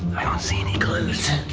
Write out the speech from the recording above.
see any clues.